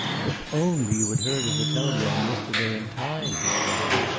if only you had heard of the telegram yesterday in time! he cried.